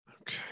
Okay